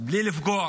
בלי לפגוע,